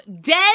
dead